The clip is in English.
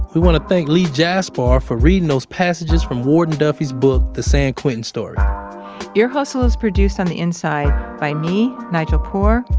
we want to thank lee jaspar for reading those passages from warden duffy's book, the san quentin story ear hustle is produced on the inside by me, nigel poor,